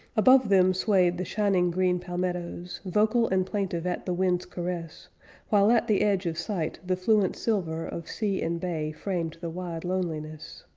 above them swayed the shining green palmettoes vocal and plaintive at the winds' caress while, at the edge of sight, the fluent silver of sea and bay framed the wide loneliness.